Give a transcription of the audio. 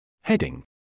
Heading